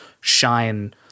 shine